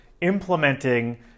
implementing